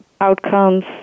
outcomes